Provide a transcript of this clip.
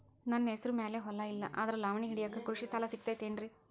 ನನ್ನ ಹೆಸರು ಮ್ಯಾಲೆ ಹೊಲಾ ಇಲ್ಲ ಆದ್ರ ಲಾವಣಿ ಹಿಡಿಯಾಕ್ ಕೃಷಿ ಸಾಲಾ ಸಿಗತೈತಿ ಏನ್ರಿ?